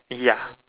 ya